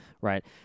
right